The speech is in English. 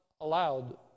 allowed